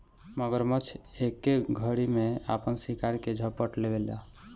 मगरमच्छ एके घरी में आपन शिकार के झपट लेवेला